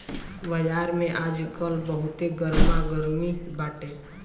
बाजार में आजकल बहुते गरमा गरमी बाटे